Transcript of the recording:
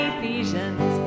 Ephesians